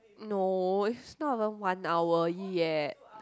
no it's not even one hour yet